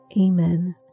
Amen